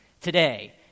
today